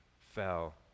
fell